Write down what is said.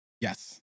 yes